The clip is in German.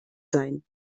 sein